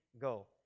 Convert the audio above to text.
go